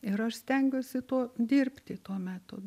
ir aš stengiuosi tuo dirbti tuo metodu